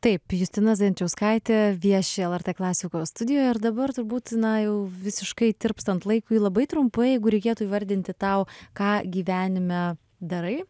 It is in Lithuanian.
taip justina zajančauskaitė vieši lrt klasikos studijoj ir dabar turbūt na jau visiškai tirpstant laikui labai trumpai jeigu reikėtų įvardinti tau ką gyvenime darai